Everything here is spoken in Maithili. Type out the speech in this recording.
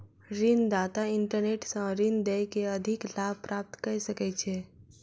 ऋण दाता इंटरनेट सॅ ऋण दय के अधिक लाभ प्राप्त कय सकै छै